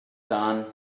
done